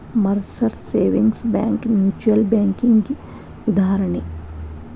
Mercer savings bank mutual ಬ್ಯಾಂಕಿಗಿ ಉದಾಹರಣಿ